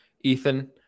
Ethan